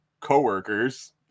co-workers